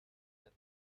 that